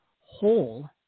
whole